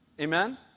Amen